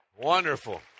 Wonderful